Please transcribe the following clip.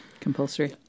Compulsory